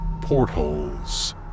portholes